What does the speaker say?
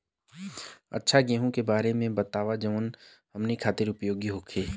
अच्छा गेहूँ के बारे में बतावल जाजवन हमनी ख़ातिर उपयोगी होखे?